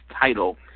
title